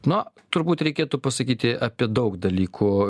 na turbūt reikėtų pasakyti apie daug dalykų